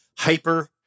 Hyper